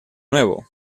nuevo